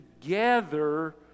together